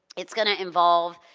it's gonna involve,